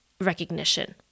recognition